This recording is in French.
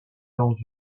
dans